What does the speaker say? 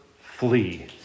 flee